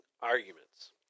arguments